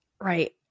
Right